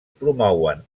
promouen